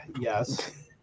Yes